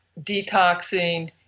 detoxing